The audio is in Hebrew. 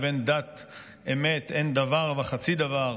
שבינה לבין דת אמת אין דבר וחצי דבר.